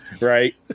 Right